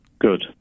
good